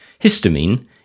Histamine